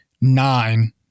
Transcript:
nine